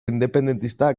independentista